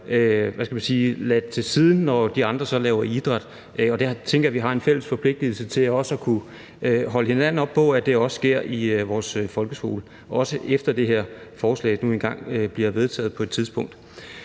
sat til side, når de andre dyrker idræt. Og det tænker jeg vi også har en fælles forpligtelse til at kunne holde hinanden op på, så det ikke sker i vores folkeskole, også efter at det her forslag engang bliver vedtaget. Det udvider